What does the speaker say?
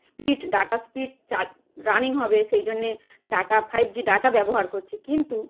speed data speed চা running হবে সেই জন্যে ডাটা ফাইব জি ডাটা ব্যবহার করছি কিন্তু